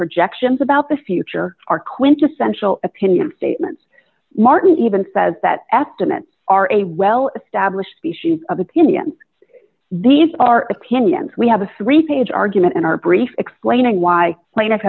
projections about the future are quintessential opinion statements martin even says that estimates are a well established species of opinion these are opinions we have a three page argument in our brief explaining why plaintiff